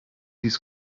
dies